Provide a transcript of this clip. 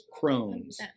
Crohn's